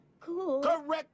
Cool